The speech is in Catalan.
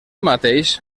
mateix